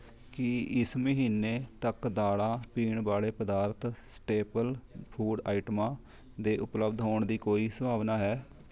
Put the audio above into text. ਕੀ ਇਸ ਮਹੀਨੇ ਤੱਕ ਦਾਲਾਂ ਪੀਣ ਵਾਲੇ ਪਦਾਰਥ ਸਟੇਪਲ ਫੂਡ ਆਈਟਮਾਂ ਦੇ ਉਪਲਬਧ ਹੋਣ ਦੀ ਕੋਈ ਸੰਭਾਵਨਾ ਹੈ